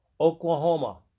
Oklahoma